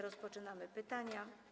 Rozpoczynamy pytania.